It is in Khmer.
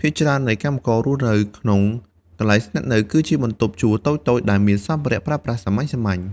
ភាគច្រើននៃកម្មកររស់នៅក្នុង កន្លែងស្នាក់នៅ គឺជាបន្ទប់ជួលតូចៗ ដែលមានសម្ភារៈប្រើប្រាស់សាមញ្ញៗ។